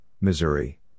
Missouri